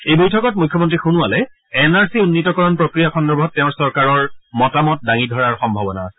এই বৈঠকত মুখ্যমন্ত্ৰী সোণোৱালে এন আৰ চি উন্নীতকৰণ প্ৰক্ৰিয়া সন্দৰ্ভত তেওঁৰ চৰকাৰৰ মতামত দাঙি ধৰাৰ সম্ভাৱনা আছে